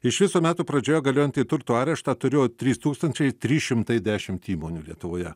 iš viso metų pradžioje galiojantį turto areštą turėjo trys tūkstančiai trys šimtai dešimt įmonių lietuvoje